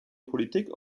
politik